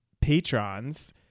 patrons